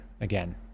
Again